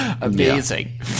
Amazing